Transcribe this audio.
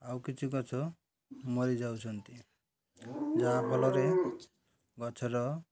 ଆଉ କିଛି ଗଛ ମରିଯାଉଛନ୍ତି ଯାହାଫଳରେ ଗଛର